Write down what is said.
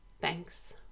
Thanks